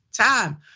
time